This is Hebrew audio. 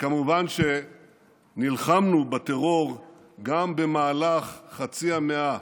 כמובן שנלחמנו בטרור גם במהלך חצי המאה,